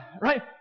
Right